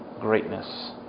greatness